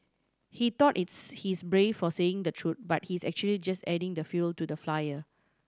he thought he's brave for saying the truth but he's actually just adding the fuel to the flyer